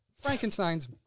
Frankenstein's